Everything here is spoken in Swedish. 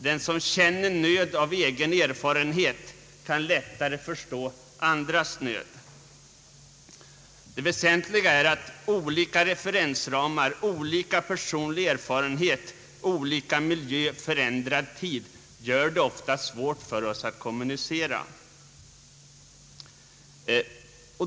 Den som känner nöd av egen erfarenhet kan lättare förstå andras nöd. Det väsentliga är att olika referensramar, olika personlig erfarenhet, olika miljö, förändrad tid ofta gör det svårt för oss att kommunicera.